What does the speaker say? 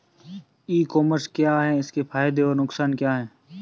ई commerce क्या है इसके फायदे और नुकसान क्या है?